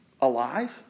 alive